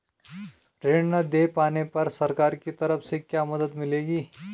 ऋण न दें पाने पर सरकार की तरफ से क्या मदद मिलेगी?